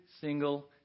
single